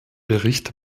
bericht